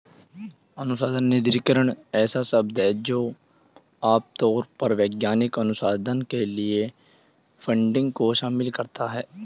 अनुसंधान निधिकरण ऐसा शब्द है जो आम तौर पर वैज्ञानिक अनुसंधान के लिए फंडिंग को शामिल करता है